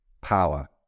power